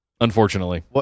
unfortunately